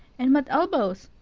and what elbows!